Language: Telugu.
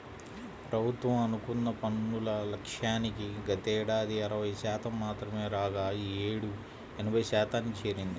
ప్రభుత్వం అనుకున్న పన్నుల లక్ష్యానికి గతేడాది అరవై శాతం మాత్రమే రాగా ఈ యేడు ఎనభై శాతానికి చేరింది